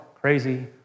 crazy